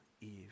Eve